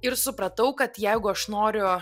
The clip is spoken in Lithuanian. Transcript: ir supratau kad jeigu aš noriu